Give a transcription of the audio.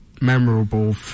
memorable